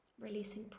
releasing